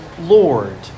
Lord